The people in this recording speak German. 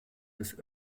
des